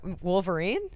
wolverine